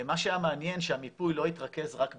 מה שהיה מעניין, שהמיפוי לא התרכז רק בחום.